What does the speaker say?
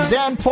Dan